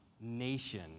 nation